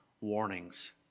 warnings